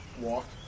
Walk